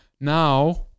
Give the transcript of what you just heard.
Now